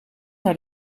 naar